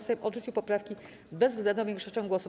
Sejm odrzucił poprawki bezwzględną większością głosów.